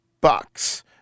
bucks